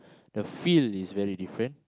the field is very different